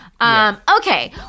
Okay